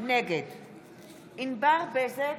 נגד ענבר בזק,